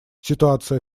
ситуация